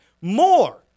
more